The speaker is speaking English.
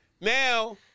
Now